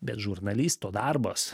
bet žurnalisto darbas